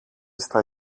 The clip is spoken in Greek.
στα